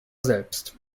selbst